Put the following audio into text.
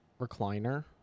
recliner